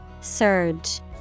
Surge